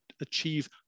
achieve